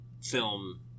film